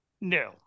No